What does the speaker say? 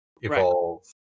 evolve